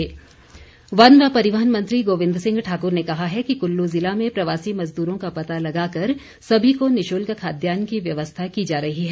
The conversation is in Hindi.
गोविंद ठाकुर वन व परिवहन मंत्री गोविंद सिंह ठाकुर ने कहा है कि कुल्लू ज़िला में प्रवासी मजदूरों का पता लगाकर सभी को निशुल्क खाद्यान की व्यवस्था की जा रही है